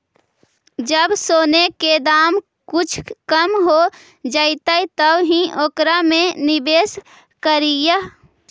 जब सोने के दाम कुछ कम हो जइतइ तब ही ओकरा में निवेश करियह